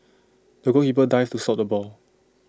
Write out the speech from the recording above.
the goalkeeper dived to stop the ball